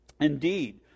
Indeed